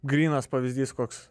grynas pavyzdys koks